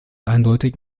eindeutig